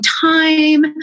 time